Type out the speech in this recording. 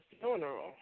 funeral